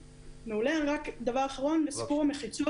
דבר אחרון, נושא המחיצות.